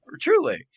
truly